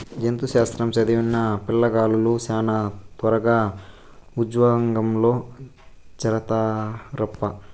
జంతు శాస్త్రం చదివిన పిల్లగాలులు శానా త్వరగా ఉజ్జోగంలో చేరతారప్పా